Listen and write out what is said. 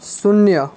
શૂન્ય